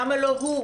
למה לא הוא?